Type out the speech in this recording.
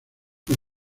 con